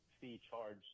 fee-charged